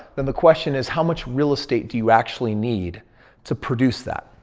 then the question is how much real estate do you actually need to produce that?